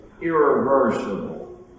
irreversible